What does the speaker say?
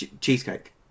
Cheesecake